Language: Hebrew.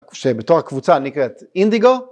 שבתור הקבוצה נקראת אינדיגו